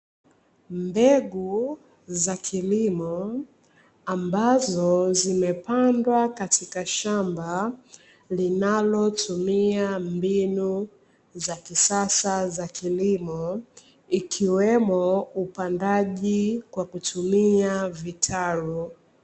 Mbegu za kilimo ambazo zimepandwa katika shamba linalotumia mbinu za kisasa za kilimo ikiwemo upandaji kwa kutumia vitaru.